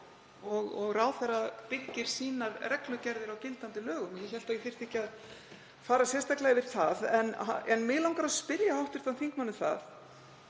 Og ráðherra byggir sínar reglugerðir á gildandi lögum. Ég hélt að ég þyrfti ekki að fara sérstaklega yfir það. Mig langar að spyrja hv. þingmann